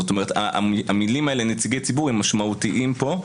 זאת אומרת המילים נציגי ציבור הן משמעותיות פה.